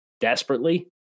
desperately